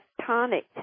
tectonic